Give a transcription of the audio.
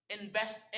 invest